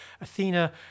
Athena